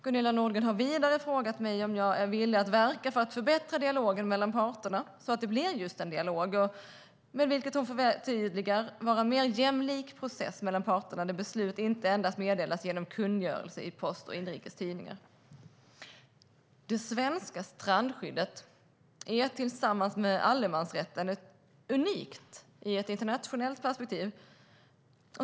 Gunilla Nordgren har vidare frågat mig om jag är villig att verka för att förbättra dialogen mellan parterna så att det blir just en dialog, som hon förtydligar är en mer jämlik process mellan parterna där beslut inte endast meddelas genom en kungörelse i Post och Inrikes Tidningar. Det svenska strandskyddet är tillsammans med allemansrätten unikt i ett internationellt perspektiv.